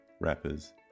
rappers